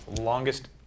longest